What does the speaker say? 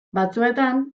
batzuetan